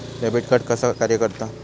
Debit card कसा कार्य करता?